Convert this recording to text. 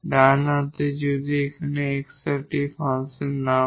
ডান হাতে যদি এটি x এর একটি ফাংশন না হয়